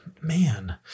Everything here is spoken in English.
Man